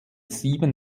sieben